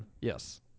Yes